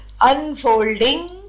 unfolding